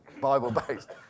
Bible-based